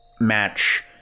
match